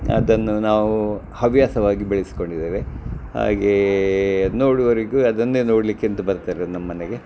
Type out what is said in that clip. ಅದನ್ನು ನಾವು ಹವ್ಯಾಸವಾಗಿ ಬೆಳೆಸ್ಕೊಂಡಿದ್ದೇವೆ ಹಾಗೆ ನೋಡುವವರೆಗೂ ಅದನ್ನೇ ನೋಡಲಿಕ್ಕೆಂದು ಬರ್ತಾರೆ ನಮ್ಮನೆಗೆ